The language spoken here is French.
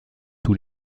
tous